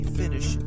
finish